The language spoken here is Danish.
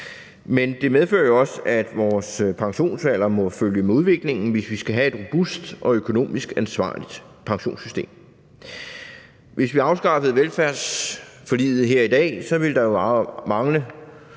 Men det medfører jo også, at vores pensionsalder må følge med udviklingen, hvis vi skal have et robust og økonomisk ansvarligt pensionssystem. Hvis vi afskaffede velfærdsforliget her i dag, så ville der jo mangle